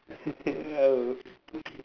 no